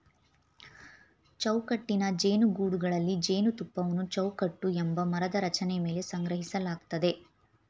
ಚೌಕಟ್ಟಿನ ಜೇನುಗೂಡುಗಳಲ್ಲಿ ಜೇನುತುಪ್ಪವನ್ನು ಚೌಕಟ್ಟು ಎಂಬ ಮರದ ರಚನೆ ಮೇಲೆ ಸಂಗ್ರಹಿಸಲಾಗ್ತದೆ